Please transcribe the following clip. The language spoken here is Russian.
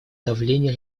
давления